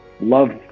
Love